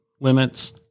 limits